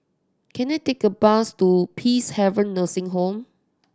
can I take a bus to Peacehaven Nursing Home